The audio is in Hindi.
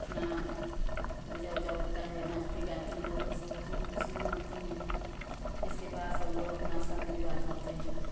अपना पूजा वूजा होता है नाचती गाती हैं औरत सब अपना खुशी मनाती हैं इसके बाद सब लोग अपना शादी विवाह करते हैं